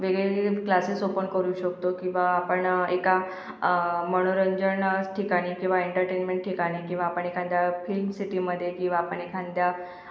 वेगवेगळे classes open करू शकतो किंवा आपण एका मनोरंजना ठिकाणी किंवा एंटरटेनमेंट ठिकाणी किंवा आपण एखाद्या फिल्मसिटीमध्ये किंवा आपण एखाद्या